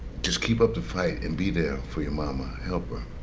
just keep up the fight and be there for your mama, help her.